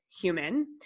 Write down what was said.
human